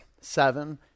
seven